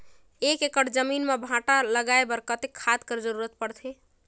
एक एकड़ जमीन म भांटा लगाय बर कतेक खाद कर जरूरत पड़थे?